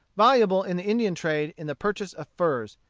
valuable in the indian trade in the purchase of furs,